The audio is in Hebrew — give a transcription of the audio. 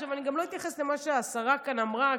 אני גם לא אתייחס למה שהשרה כאן אמרה,